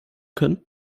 können